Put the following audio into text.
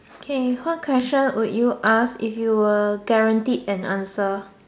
okay what question would you ask if you were guaranteed an answer